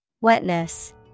Wetness